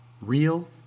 Real